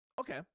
Okay